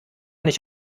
nicht